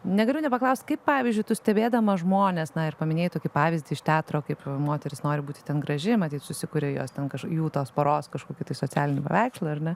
negaliu nepaklaust kaip pavyzdžiui tu stebėdama žmones na ir paminėjai tokį pavyzdį iš teatro kaip moteris nori būti ten graži ir matyt susikuria jos ten kaž jų tos poros kažkokį socialinį paveikslą ar ne